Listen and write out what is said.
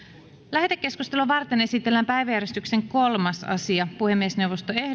lähetekeskustelua varten esitellään päiväjärjestyksen kolmas asia puhemiesneuvosto ehdottaa että